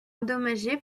endommagé